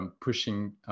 pushing